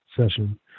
session